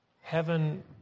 heaven